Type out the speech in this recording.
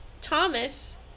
Thomas